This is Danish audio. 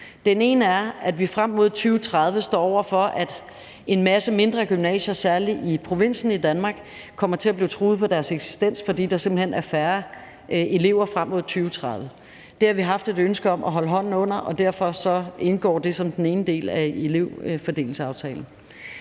Den ene er, at vi frem mod 2030 står over for, at en masse mindre gymnasier, særlig i provinsen, i Danmark kommer til at blive truet på deres eksistens, fordi der simpelt hen er færre elever frem mod 2030. Dem har vi haft et ønske om at holde hånden under, og derfor indgår det som den ene del af elevfordelingsaftalen.